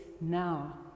now